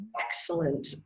excellent